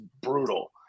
brutal